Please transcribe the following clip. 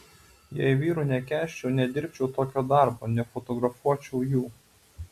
jei vyrų nekęsčiau nedirbčiau tokio darbo nefotografuočiau jų